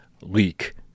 leak